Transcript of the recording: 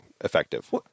effective